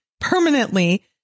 permanently